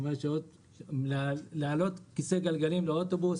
כלומר שניתן יהיה להעלות כיסא גלגלים לאוטובוס